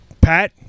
Pat